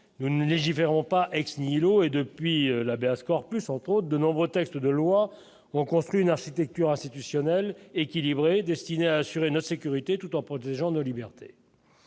nous légiférons pas ex nihilo et depuis la baisse corpus, entre autres, de nombreux textes de loi, on construit une architecture institutionnelle équilibrée destinée à assurer notre sécurité, tout en protégeant nos libertés,